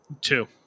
Two